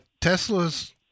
Teslas